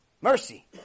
Mercy